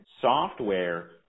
software